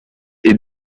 est